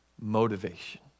Motivation